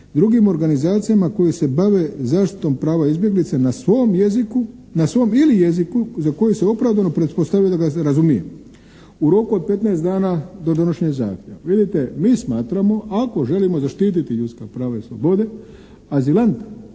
drugim organizacijama koje se bave zaštitom prava izbjeglica na svom jeziku, na svom ili jeziku za koji se opravdano pretpostavlja da ga razumije u roku od 15 dana do donošenja zahtjeva. Vidite mi smatramo ako želimo zaštiti ljudska prava i slobode azilanta,